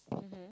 mmhmm